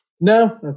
No